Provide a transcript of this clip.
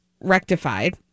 rectified